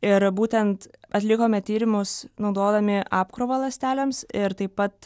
ir būtent atlikome tyrimus naudodami apkrovą ląstelėms ir taip pat